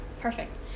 Perfect